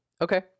Okay